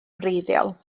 wreiddiol